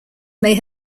may